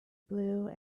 blue